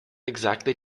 exactly